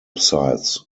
sites